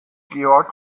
georg